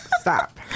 Stop